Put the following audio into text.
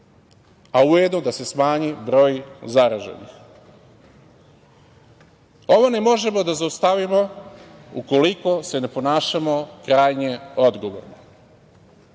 a ujedno da se smanji broj zaraženih. Ovo ne možemo da zaustavimo ukoliko se ne ponašamo krajnje odgovorno.